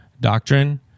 Doctrine